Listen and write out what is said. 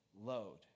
load